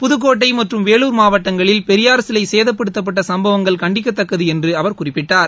புதுக்கோட்டைமற்றும் வேலூர் மாவட்டங்களில் பெரியார் சிலைசேதப்பட்டுத்தப்பட்டசம்பவங்கள் கண்டிக்கத்தக்கதுஎன்றுஅவர் குறிப்பிட்டாார்